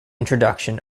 introduction